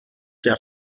der